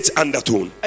undertone